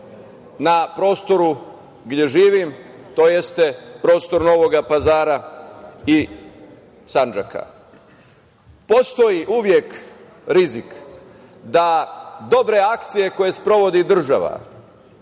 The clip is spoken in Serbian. na prostoru gde živim, tj. prostor Novog Pazara i Sandžaka. Postoji uvek rizik da dobre akcije koje sprovodi država,